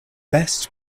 best